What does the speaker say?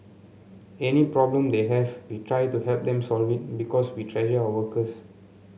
any problem they have we try to help them solve it because we treasure our workers